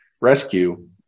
rescue